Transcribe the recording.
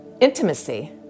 intimacy